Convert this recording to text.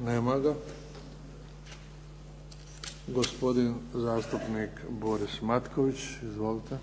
Nema ga. Gospodin zastupnik Boris Matković. Izvolite.